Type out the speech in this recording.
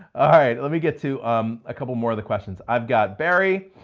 alright, let me get to um a couple more of the questions i've got barry.